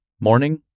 morning